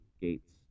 Gates